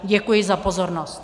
Děkuji za pozornost.